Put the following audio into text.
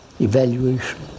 evaluation